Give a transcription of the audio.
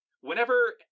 Whenever